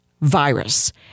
virus